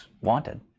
wanted